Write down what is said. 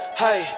hey